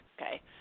okay